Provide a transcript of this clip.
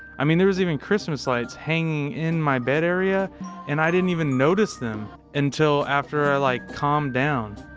i mean, there was even christmas lights hanging in my but area and i didn't even notice them until after i like calmed down.